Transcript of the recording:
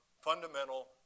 fundamental